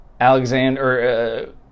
Alexander